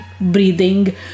breathing